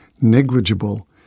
negligible